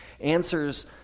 answers